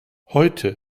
heute